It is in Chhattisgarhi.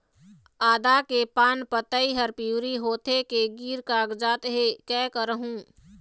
आदा के पान पतई हर पिवरी होथे के गिर कागजात हे, कै करहूं?